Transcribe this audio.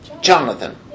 Jonathan